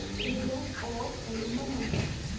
निर्यात आयात से निम्मन होइ छइ